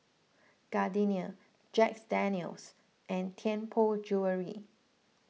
Gardenia Jack's Daniel's and Tianpo Jewellery